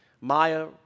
Maya